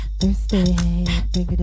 Thursday